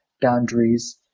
boundaries